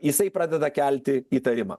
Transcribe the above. jisai pradeda kelti įtarimą